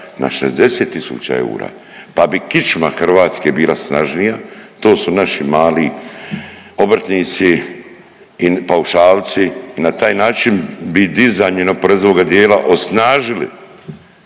na 60 tisuća eura pa bi kičma Hrvatske bila snažnija, to su naši mali obrtnici, paušalci i na taj način bi dizanjem neoporezivoga dijela osnažili